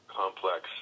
complex